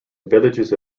villages